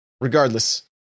Regardless